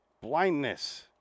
Blindness